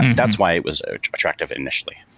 that's why it was attractive initially